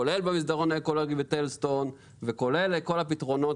כולל במסדרון האקולוגי בטלז-סטון וכולל כל הפתרונות,